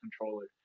controller